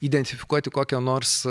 identifikuoti kokią nors